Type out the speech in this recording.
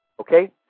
Okay